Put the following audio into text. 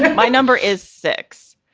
but my number is six.